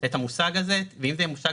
רוצים לייצר שם